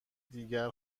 دیگر